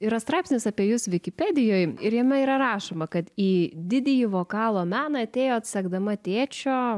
yra straipsnis apie jus vikipedijoj ir jame yra rašoma kad į didįjį vokalo meną atėjot sekdama tėčio